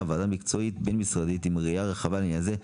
ועדה מקצועית בין־משרדית עם ראייה רחבה לעניין זה,